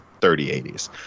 3080s